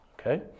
Okay